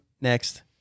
next